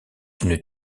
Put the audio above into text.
une